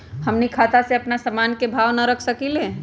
हमनी अपना से अपना सामन के भाव न रख सकींले?